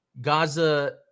Gaza